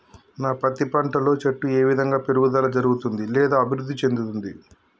నా పత్తి పంట లో చెట్టు ఏ విధంగా పెరుగుదల జరుగుతుంది లేదా అభివృద్ధి చెందుతుంది?